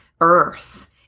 earth